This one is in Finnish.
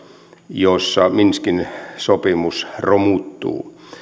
jossa minskin sopimus romuttuu